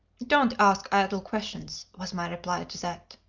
don't ask idle questions, was my reply to that.